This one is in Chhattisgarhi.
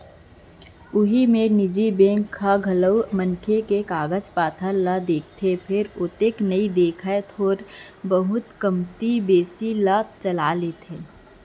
उही मेर निजी बेंक ह घलौ मनखे के कागज पातर ल देखथे फेर ओतेक नइ देखय थोर बहुत के कमती बेसी ल चला लेथे